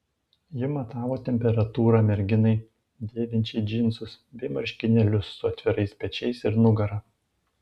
ji matavo temperatūrą merginai dėvinčiai džinsus bei marškinėlius su atvirais pečiais ir nugara